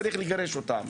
צריך לגרש אותם.